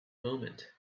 moment